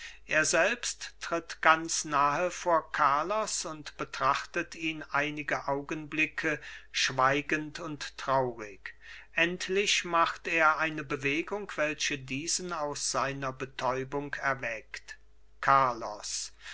er selbst tritt ganz nahe vor carlos und betrachtet ihn einige augenblicke schweigend und traurig endlich macht er eine bewegung welche diesen aus seiner betäubung erweckt carlos